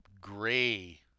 gray